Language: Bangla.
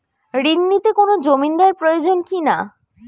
ঋণ নিতে কোনো জমিন্দার প্রয়োজন কি না?